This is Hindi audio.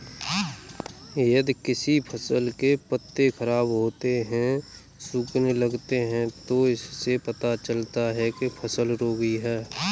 यदि किसी फसल के पत्ते खराब होते हैं, सूखने लगते हैं तो इससे पता चलता है कि फसल रोगी है